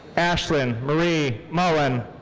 ashlynn marie mullen.